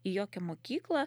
į jokią mokyklą